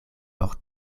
por